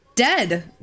Dead